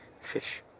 fish